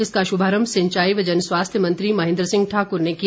इसका शुभारम्भ सिंचाई व जनस्वास्थ्य मंत्री महेन्द्र सिंह ठाकुर ने किया